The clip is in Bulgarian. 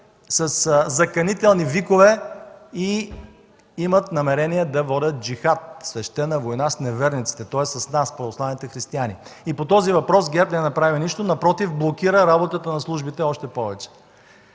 със заканителни викове и имат намерение да водят „джихат” – свещена война с неверниците, тоест с нас православните християни. И по този въпрос ГЕРБ не направи нищо, напротив, блокира работата на службите още повече.